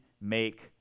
make